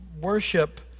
worship